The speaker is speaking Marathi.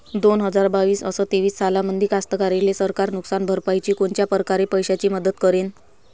दोन हजार बावीस अस तेवीस सालामंदी कास्तकाराइले सरकार नुकसान भरपाईची कोनच्या परकारे पैशाची मदत करेन?